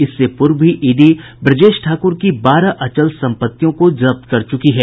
इससे पूर्व भी ईडी ब्रजेश ठाकुर की बारह अचल संपत्तियों को जब्त कर चुकी है